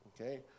okay